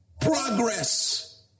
progress